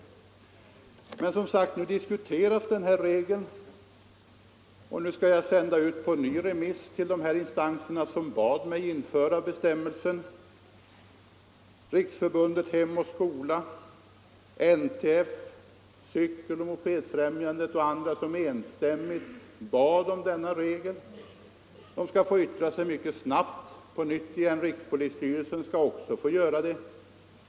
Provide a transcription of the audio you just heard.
Men, som sagt: nu diskuteras den här regeln, och nu skall jag på nytt sända ut den på remiss till de instanser som har bett mig införa bestämmelsen — Riksförbundet Hem och Skola, NTF, Cykeloch mopedfrämjandet och andra, som enstämmigt bad om denna regel — och de skall mycket snabbt få yttra sig på nytt. Rikspolisstyrelsen skall också få göra det.